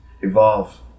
evolve